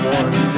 one